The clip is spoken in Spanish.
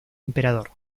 emperador